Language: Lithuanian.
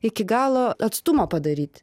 iki galo atstumą padaryt